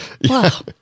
Wow